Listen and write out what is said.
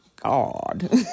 God